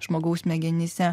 žmogaus smegenyse